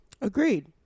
Agreed